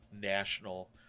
national